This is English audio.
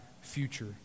future